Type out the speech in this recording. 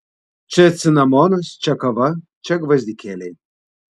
čia cinamonas čia kava čia gvazdikėliai